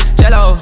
jello